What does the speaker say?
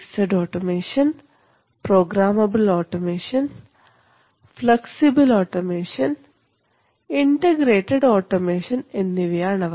fixed automation programmable automation flexible automation integrated automation എന്നിവയാണവ